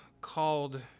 called